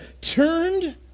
turned